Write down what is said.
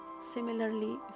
Similarly